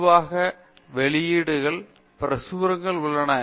பொதுவாக வெளியீடுகள் பிரசுரங்கள் உள்ளன